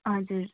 हजुर